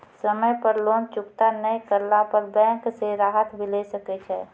समय पर लोन चुकता नैय करला पर बैंक से राहत मिले सकय छै?